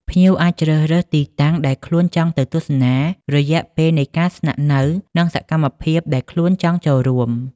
ភ្ញៀវអាចជ្រើសរើសទីតាំងដែលខ្លួនចង់ទៅទស្សនា រយៈពេលនៃការស្នាក់នៅ និងសកម្មភាពដែលខ្លួនចង់ចូលរួម។